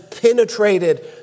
penetrated